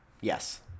Yes